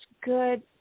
good